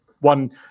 one